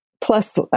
plus